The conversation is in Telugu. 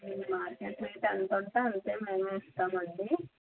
మార్కెట్ రేట్ ఎంత ఉంటే అంతే మేము ఇస్తామండి